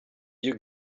you